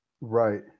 Right